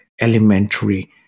elementary